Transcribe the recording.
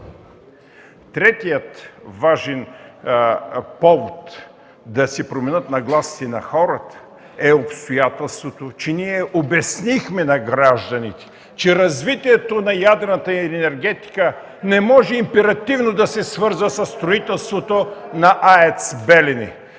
Третият важен повод да се променят нагласите на хората е обстоятелството, че ние обяснихме на гражданите, че развитието на ядрената енергетика не може императивно да се свързва със строителството на АЕЦ „Белене”.